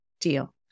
deal